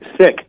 sick